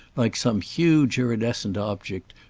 like some huge iridescent object,